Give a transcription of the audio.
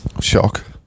Shock